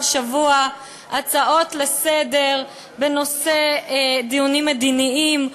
שבוע הצעות לסדר-היום לדיון בנושאים מדיניים,